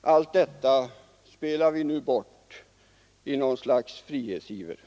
Allt detta spelar vi nu bort i något slags frihetsiver.